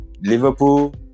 Liverpool